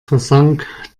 versank